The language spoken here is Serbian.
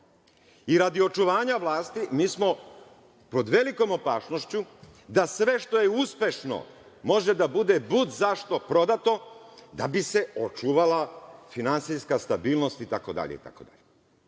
Radi očuvanja vlasti, mi smo pod velikom opasnošću da sve što je uspešno može da bude budzašto prodato da bi se očuvala finansijska stabilnost itd. Ja